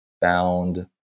found